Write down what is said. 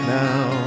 now